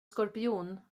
skorpion